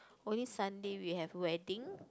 oh this Sunday we have wedding